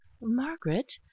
margaret